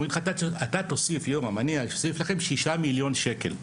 אומרים לי: אתה תוסיף 6 מיליון שקל.